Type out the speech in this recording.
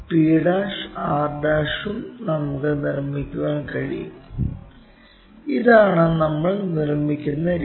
p' r ഉം നമുക്ക് നിർമ്മിക്കാൻ കഴിയും ഇതാണ് നമ്മൾ നിർമ്മിക്കുന്ന രീതി